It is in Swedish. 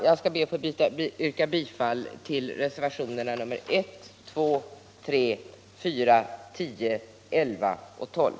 Jag ber att få yrka bifall till reservationerna 1, 2, 3, 4, 10, 11 och 12.